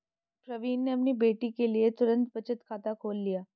प्रवीण ने अपनी बेटी के लिए तुरंत बचत खाता खोल लिया